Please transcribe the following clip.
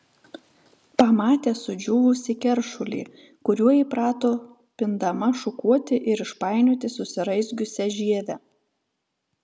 pamatė sudžiūvusį keršulį kuriuo įprato pindama šukuoti ir išpainioti susiraizgiusią žievę